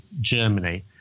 Germany